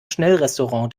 schnellrestaurant